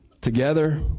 together